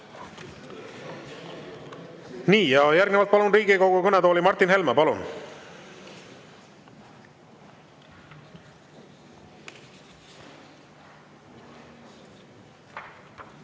Aitäh! Järgnevalt palun Riigikogu kõnetooli Martin Helme. Palun!